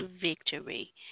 victory